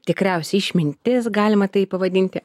tikriausiai išmintis galima taip pavadinti